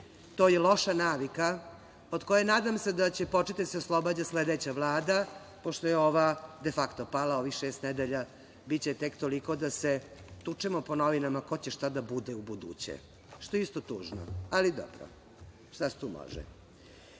To je loša navika od koje nadam se da će početi da se oslobađa sledeća vlada, pošto je ova defakto pala. Ovih šest nedelja biće tek toliko da se tučemo po novinama ko će šta da bude u buduće, što je isto tužno, ali dobro, šta se tu